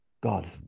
God